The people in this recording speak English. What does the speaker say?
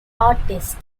artist